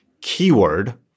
keyword